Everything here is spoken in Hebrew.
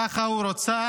ככה הוא רצה